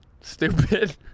stupid